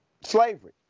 slavery